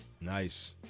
Nice